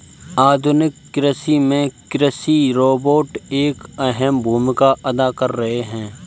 आधुनिक कृषि में कृषि रोबोट एक अहम भूमिका अदा कर रहे हैं